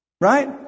Right